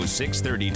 630